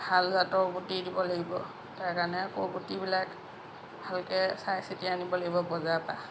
ভাল জাতৰ গুটি দিব লাগিব তাৰকাৰণে আকৌ গুটিবিলাক ভালকৈ চাই চিতি আনিব লাগিব বজাৰৰ পৰা